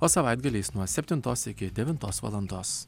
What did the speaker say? o savaitgaliais nuo septintos iki devintos valandos